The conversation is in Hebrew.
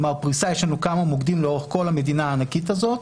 יש לנו כמה מוקדים לאורך כל המדינה הענקית הזאת,